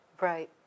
Right